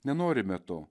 nenorime to